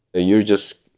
you're just,